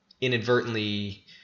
inadvertently